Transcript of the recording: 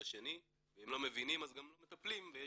השני ואם לא מבינים אז גם לא מטפלים ויש